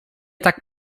tak